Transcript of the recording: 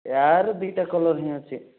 ୟାଅର ଦୁଇଟା କଲର୍ ହିଁ ଅଛି